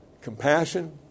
Compassion